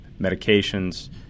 medications